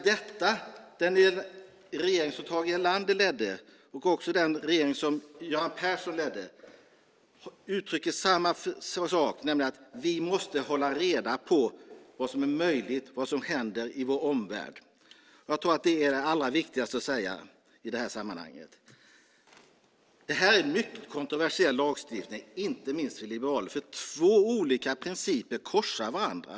Den regering som Tage Erlander ledde och den regering som Göran Persson ledde uttryckte samma sak, nämligen att vi om möjligt måste hålla reda på vad som händer i vår omvärld. Jag tror att det är det allra viktigaste att säga i det här sammanhanget. Det här är en mycket kontroversiell lagstiftning, inte minst för liberaler. Två olika principer korsar varandra.